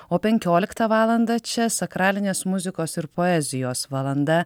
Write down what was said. o penkioliktą valandą čia sakralinės muzikos ir poezijos valanda